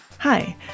Hi